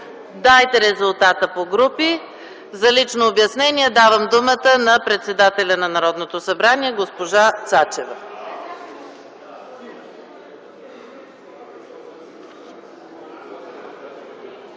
41, въздържали се 5. За лично обяснение давам думата на председателя на Народното събрание – госпожа Цачева.